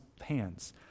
hands